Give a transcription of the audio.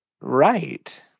right